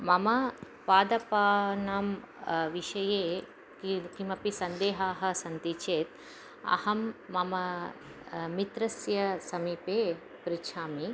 मम पादपानां विषये कि किमपि सन्देहाः सन्ति चेत् अहं मम मित्रस्य समीपे पृच्छामि